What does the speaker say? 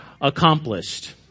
accomplished